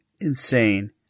insane